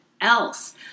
else